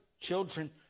children